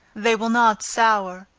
they will not sour,